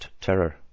terror